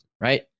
right